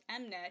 Mnet